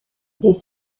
des